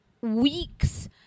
weeks